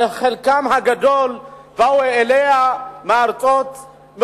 וחלקם הגדול באו אליה מחוץ-לארץ,